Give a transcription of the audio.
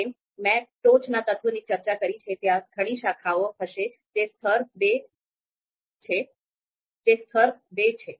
જેમ મેં ટોચના તત્વની ચર્ચા કરી છે ત્યાં ઘણી શાખાઓ હશે જે સ્તર 2 છે